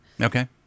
Okay